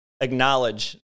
acknowledge